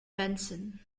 benson